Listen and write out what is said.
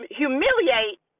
humiliate